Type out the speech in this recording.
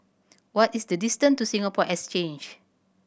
what is the distance to Singapore Exchange